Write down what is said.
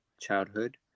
childhood